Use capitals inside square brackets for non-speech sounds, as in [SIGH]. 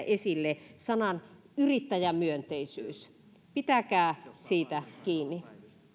[UNINTELLIGIBLE] esille sanan yrittäjämyönteisyys pitäkää siitä kiinni